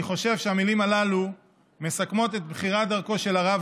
אני חושב שהמילים הללו מסכמות את בחירת דרכו של הרב